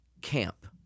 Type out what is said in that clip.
camp